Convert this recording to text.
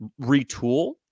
retool